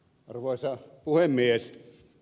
arvoisa puhemies